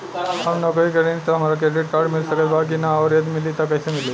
हम नौकरी करेनी त का हमरा क्रेडिट कार्ड मिल सकत बा की न और यदि मिली त कैसे मिली?